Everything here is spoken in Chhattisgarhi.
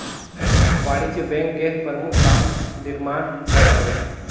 वाणिज्य बेंक के परमुख काम निरमान हर हवे